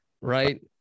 right